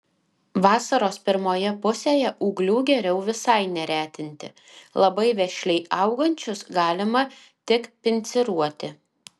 vasaros pirmoje pusėje ūglių geriau visai neretinti labai vešliai augančius galima tik pinciruoti